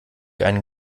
einen